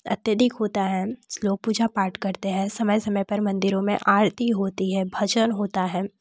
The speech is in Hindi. अत्यधिक होता है लोग पूजा पाठ करते हैं समय समय पर मंदिरों में आरती होती है भजन होता है